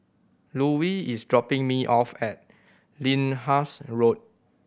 Lulie is dropping me off at Lyndhurst Road